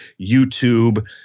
YouTube